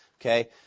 Okay